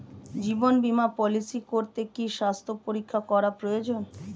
জীবন বীমা পলিসি করতে কি স্বাস্থ্য পরীক্ষা করা প্রয়োজন?